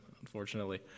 unfortunately